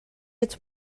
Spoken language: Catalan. ets